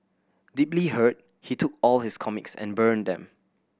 deeply hurt he took all his comics and burnt them